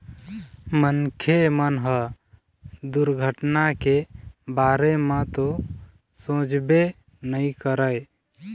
मनखे मन ह दुरघटना के बारे म तो सोचबे नइ करय